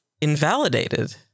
invalidated